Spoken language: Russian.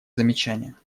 замечания